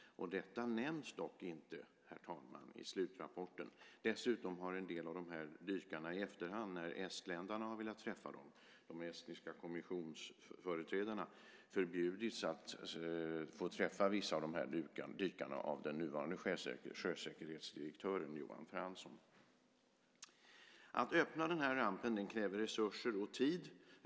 Detta nämns dock inte, herr talman, i slutrapporten. Dessutom har en del av de här dykarna i efterhand förbjudits att träffa de estniska kommissionsföreträdarna, när dessa velat träffa dem, av den nuvarande sjösäkerhetsdirektören Johan Franson. Att öppna denna ramp kräver resurser och tid.